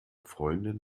freundin